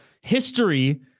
history